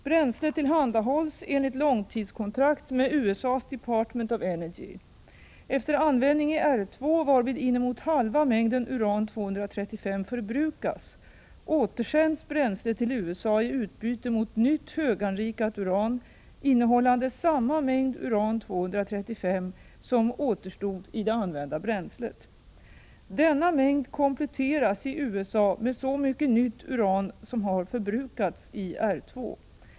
Bränslet tillhandahålls enligt långtidskontrakt med USA:s Department of Energy. Efter användning i R2, varvid inemot halva mängden uran-235 förbrukas, återsänds bränslet till USA i utbyte mot nytt höganrikat uran, innehållande samma mängd uran-235 som återstod i det använda bränslet. Denna mängd kompletteras i USA med lika mycket nytt uran som har förbrukats i R2.